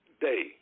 Day